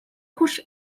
хүрч